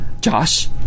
Josh